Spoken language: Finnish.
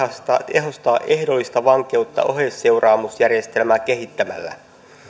tehostaa ehdollista vankeutta oheisseuraamusjärjestelmää kehittämällä